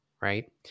Right